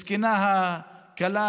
מסכנה הכלה,